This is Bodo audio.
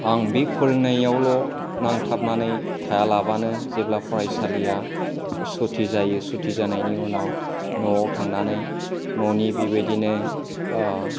आं बे फोरोंनायावल' नांथाबनानै थायालाबानो जेब्ला फरायसालिया सुथि जायो सुथि जानायनि उनाव न'आव थांनानै न'नि बेबायदिनो